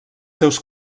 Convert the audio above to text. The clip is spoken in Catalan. seus